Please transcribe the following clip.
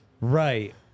Right